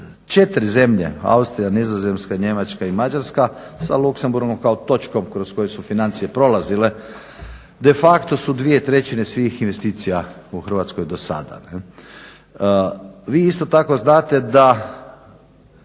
Četiri zemlje Austrija, Nizozemska, Njemačka i Mađarska sa Luxemburgom kao točkom kroz koju su financije prolazile de facto su 2/3 svih investicija u Hrvatskoj do sada. Vi isto tako znate da